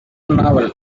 novel